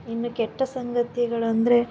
ಇನ್ನು ಕೆಟ್ಟ ಸಂಗತಿಗಳಂದರೆ